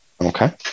Okay